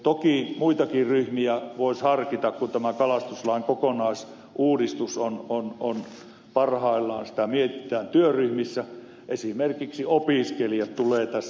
toki muitakin ryhmiä voisi harkita kun tämän kalastuslain kokonaisuudistusta parhaillaan mietitään työryhmissä esimerkiksi opiskelijat tulevat tässä mieleen